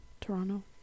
Toronto